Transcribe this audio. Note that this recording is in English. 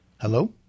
Hello